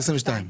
הוא על 2022,